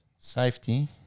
Safety